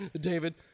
David